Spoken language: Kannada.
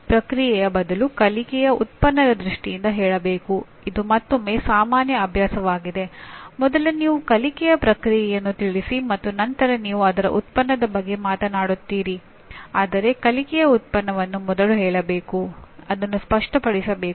ಬೋಧನಾ ಮಾದರಿಗಳು ಕಲಿಕೆಗೆ ಅನುಕೂಲಕರ ವಾತಾವರಣವನ್ನು ಸೃಷ್ಟಿಸಲು ಹಾಗೂ ಕಲಿಕಾ ಕೇಂದ್ರಿತ ಶೈಕ್ಷಣಿಕ ಅನುಭವಗಳನ್ನು ಯೋಜಿಸಲು ಶಿಕ್ಷಕರಿಗೆ ಸಹಾಯ ಮಾಡಬಹುದು ಹೊಸ ಮತ್ತು ಉತ್ತಮ ಸ್ವರೂಪಗಳ ಅಭಿವೃದ್ಧಿಯನ್ನು ಮತ್ತು ಶಿಕ್ಷಣದ ಅವಕಾಶಗಳನ್ನು ಉತ್ತೇಜಿಸಬಹುದು